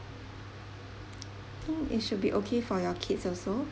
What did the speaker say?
I think it should be okay for your kids also